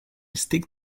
stick